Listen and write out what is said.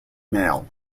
male